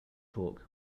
torque